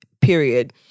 Period